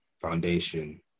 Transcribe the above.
foundation